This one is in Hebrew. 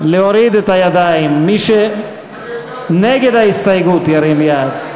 מי שנגד ההסתייגות ירים את ידו.